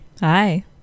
Hi